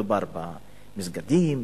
מדובר במסגדים,